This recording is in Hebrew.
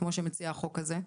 כמו שמציע החוק הזה,